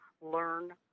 learn